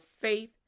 faith